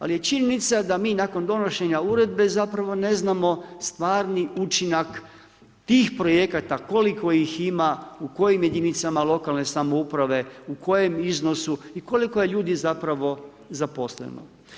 Ali je činjenica da mi nakon donošenja uredbe, zapravo ne znamo stvarni učinak tih projekta koliko ih ima u kojim jedinicama lokalne samouprave, u kojem iznosu i koliko je ljudi zapravo zaposleno.